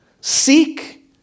seek